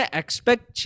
expect